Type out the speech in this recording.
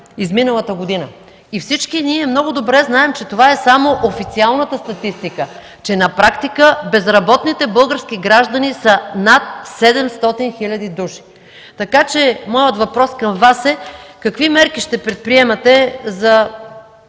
на миналата година. И всички ние много добре знаем, че това е само официалната статистика, че на практика безработните български граждани са над 700 хиляди души, така че моят въпрос към Вас е: какви мерки ще предприемете за